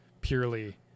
purely